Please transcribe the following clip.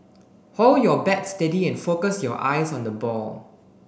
hold your bat steady and focus your eyes on the ball